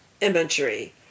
imagery